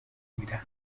میدهند